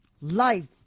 Life